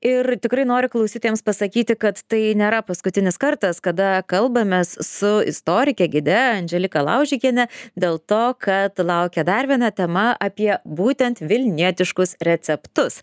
ir tikrai noriu klausytojams pasakyti kad tai nėra paskutinis kartas kada kalbamės su istorike gide andželika laužikiene dėl to kad laukia dar viena tema apie būtent vilnietiškus receptus